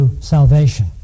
salvation